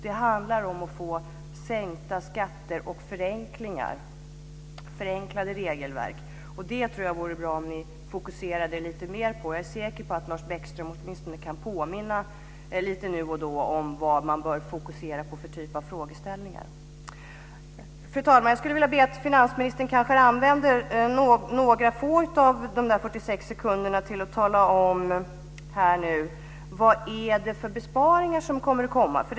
Det handlar om att få sänkta skatter och förenklingar, förenklade regelverk. Det vore bra om ni fokuserade mer på det. Jag är säker på att Lars Bäckström åtminstone lite nu och då kan påminna om vilken typ av frågeställningar man bör fokusera på. Fru talman! Jag skulle vilja be finansministern att använda några få av de 46 sekunderna till att tala om här och nu vad det är för besparingar som kommer.